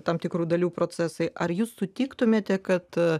tam tikrų dalių procesai ar jūs sutiktumėte kad